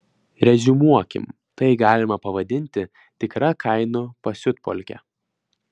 reziumuokim tai galima pavadinti tikra kainų pasiutpolke